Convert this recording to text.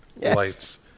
lights